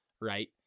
right